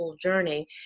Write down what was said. journey